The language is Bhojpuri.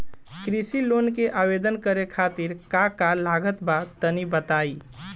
कृषि लोन के आवेदन करे खातिर का का लागत बा तनि बताई?